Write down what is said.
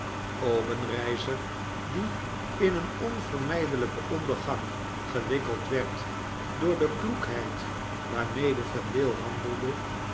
obenreizer die in een onvermydelyken ondergang gewikkeld werd door de kloekheid waarmede vendale handelde